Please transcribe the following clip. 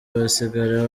basigara